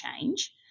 change